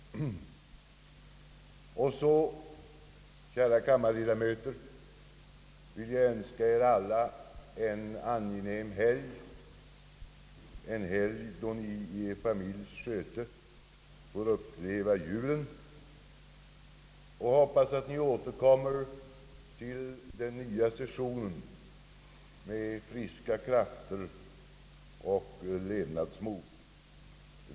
Och så, kära kammarledamöter, vill jag önska er alla en angenäm helg, då ni i familjens sköte får uppleva julen. Jag hoppas att ni återkommer till den nya sessionen med friska krafter och nytt levnadsmod.